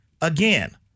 Again